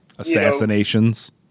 Assassinations